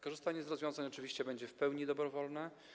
Korzystanie z rozwiązań oczywiście będzie w pełni dobrowolne.